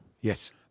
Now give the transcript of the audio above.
Yes